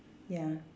ya